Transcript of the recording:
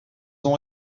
ont